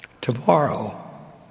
Tomorrow